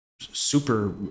super